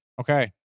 Okay